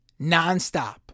nonstop